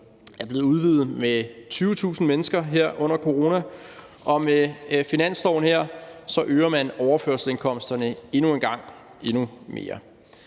er blevet udvidet med 20.000 mennesker her under corona, og med finansloven her øger man overførselsindkomsterne endnu engang og endnu mere.